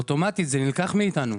אוטומטית זה נלקח מאיתנו.